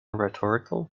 rhetorical